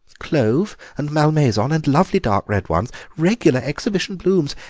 clove and malmaison and lovely dark red ones, regular exhibition blooms,